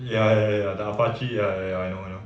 ya ya ya the apache ya ya I know I know